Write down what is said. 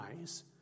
eyes